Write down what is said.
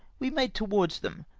we made towards them,